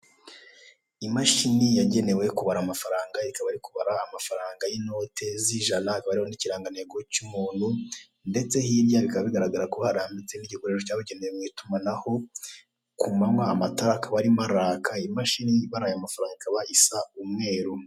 Imashini yagenewe kubara amafaranga ikaba iri kubara amafaranga y'inoti z'ijana, hakaba hariho n'ikirangantego cy'umuntu ndetse hirya bikaba bigaragara ko harambitse n'igikoresho cyabugenewe mu itumanaho, ku manywa amatara akaba arimo araka, imashini ibara aya mafaranga ikaba isa umweru.